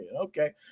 okay